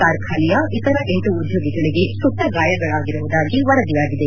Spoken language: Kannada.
ಕಾರ್ಖಾನೆಯ ಇತರ ಎಂಟು ಉದ್ದೋಗಿಗಳಿಗೆ ಸುಟ್ಟ ಗಾಯಗಳಾಗಿರುವುದಾಗಿ ವರದಿಯಾಗಿದೆ